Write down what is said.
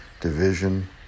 division